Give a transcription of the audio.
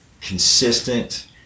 consistent